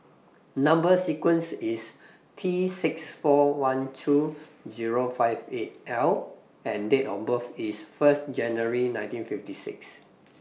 Number sequence IS T six four one two Zero five eight L and Date of birth IS First January nineteen fifty six